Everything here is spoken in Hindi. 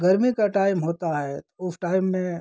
गर्मी का टाइम होता है उस टाइम में